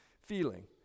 feeling